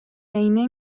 عینه